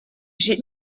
j’ai